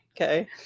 Okay